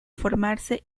formarse